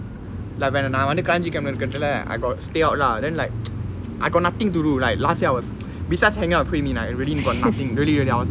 like whe~ நா வந்து:naa vanthu kranji camp இருந்தப்போ:irunthapo I got stay out lah then like I got nothing to do like last year I was besides hanging out with hui min I really got nothing really really I was